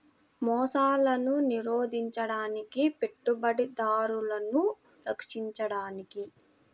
మోసాలను నిరోధించడానికి, పెట్టుబడిదారులను రక్షించడానికి